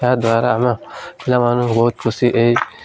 ଏହାଦ୍ୱାରା ଆମେ ପିଲାମାନଙ୍କୁ ବହୁତ ଖୁସି ଏଇ